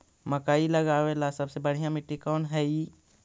मकई लगावेला सबसे बढ़िया मिट्टी कौन हैइ?